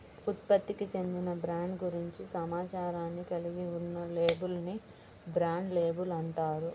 ఉత్పత్తికి చెందిన బ్రాండ్ గురించి సమాచారాన్ని కలిగి ఉన్న లేబుల్ ని బ్రాండ్ లేబుల్ అంటారు